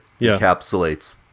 encapsulates